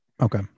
Okay